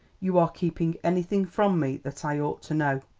you are keeping anything from me that i ought to know.